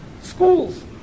Schools